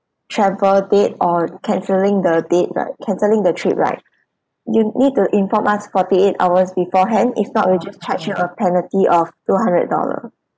travel date or cancelling the date right cancelling the trip right you need to inform us forty eight hours beforehand if not we'll just charge you a penalty of two hundred dollar